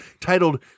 titled